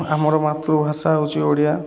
ଆମର ମାତୃଭାଷା ହେଉଛି ଓଡ଼ିଆ